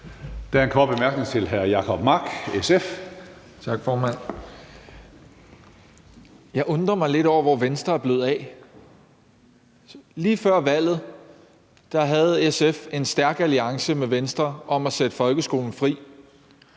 Jeg undrer mig lidt over, hvor Venstre er blevet af. Lige før valget havde SF en stærk alliance med Venstre om at sætte folkeskolen fri.